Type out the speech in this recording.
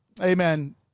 Amen